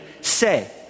say